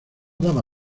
daba